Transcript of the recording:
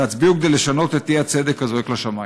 והצביעו כדי לשנות את האי-צדק הזועק לשמיים.